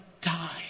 die